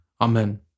Amen